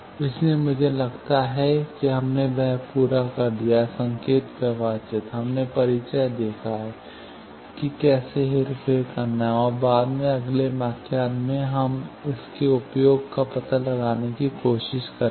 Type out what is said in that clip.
इसलिए मुझे लगता है हमने वह पूरा कर लिया है संकेत प्रवाह चित्र हमने परिचय देखा है कि कैसे हेरफेर करना है और बाद में अगले व्याख्यान में हम इसके उपयोग का पता लगाने की कोशिश करेंगे